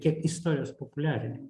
kiek istorijos populiarinimui